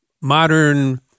modern